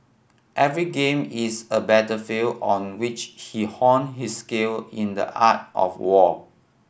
every game is a battlefield on which he hone his skill in the art of war